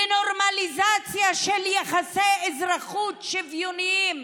לנורמליזציה של יחסי אזרחות שוויוניים.